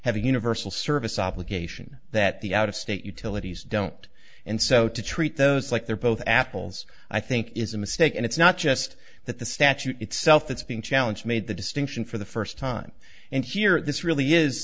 have a universal service obligation that the out of state utilities don't and so to treat those like they're both apples i think is a mistake and it's not just that the statute itself that's being challenge made the distinction for the first time and here this really is